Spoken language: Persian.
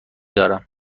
دارم